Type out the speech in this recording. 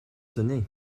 sonner